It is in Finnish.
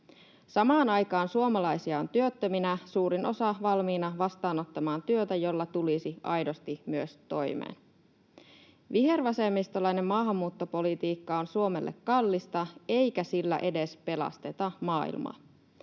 Samaan aikaan suomalaisia on työttöminä, suurin osa valmiina vastaanottamaan työtä, jolla tulisi aidosti myös toimeen. Vihervasemmistolainen maahanmuuttopolitiikka on Suomelle kallista, eikä sillä edes pelasteta maailmaa.